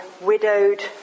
widowed